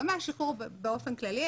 לא מהשחרור באופן כללי,